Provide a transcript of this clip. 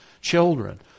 children